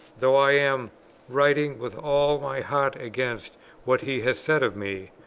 though i am writing with all my heart against what he has said of me,